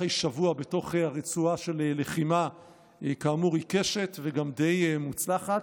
אחרי שבוע בתוך הרצועה של לחימה עיקשת וגם די מוצלחת,